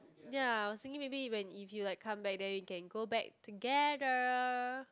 ya I was thinking maybe if when if you like come back then you can go back together